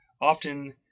often